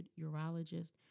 urologist